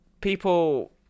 people